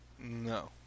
No